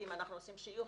כי אם אנחנו עושים שיוך,